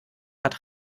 hat